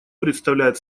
представляет